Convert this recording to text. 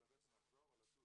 התלבט אם לחזור או לטוס.